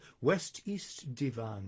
West-East-Divan